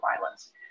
violence